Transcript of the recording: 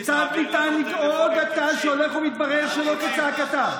כיצד נכון לנהוג עתה כשהולך ומתברר שלא כצעקתה?